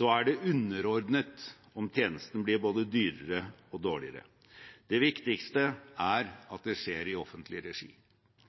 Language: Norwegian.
er det underordnet om tjenesten blir både dyrere og dårligere. Det viktigste er at det skjer i offentlig regi.